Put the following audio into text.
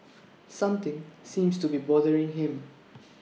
something seems to be bothering him